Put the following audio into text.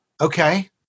Okay